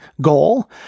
goal